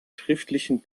schriftlichen